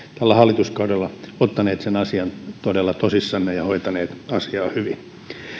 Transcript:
tällä hallituskaudella ottanut sen asian todella tosissanne ja hoitanut asiaa hyvin